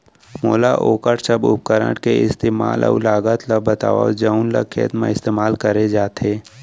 मोला वोकर सब उपकरण के इस्तेमाल अऊ लागत ल बतावव जउन ल खेत म इस्तेमाल करे जाथे?